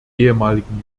ehemaligen